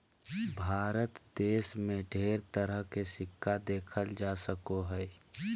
भारत देश मे ढेर तरह के सिक्का देखल जा सको हय